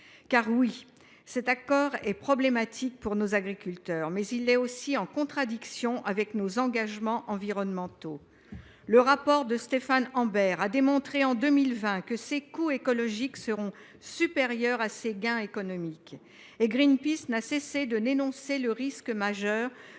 est non seulement problématique pour nos agriculteurs, mais aussi en contradiction avec nos engagements environnementaux. Le rapport de Stefan Ambec a démontré en 2020 que ses coûts écologiques seront supérieurs à ses gains économiques, et Greenpeace n’a cessé de dénoncer le risque majeur